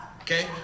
Okay